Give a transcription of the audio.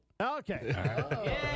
Okay